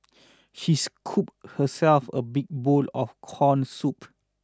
she scooped herself a big bowl of corn soup